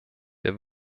der